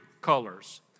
colors